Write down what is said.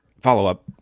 follow-up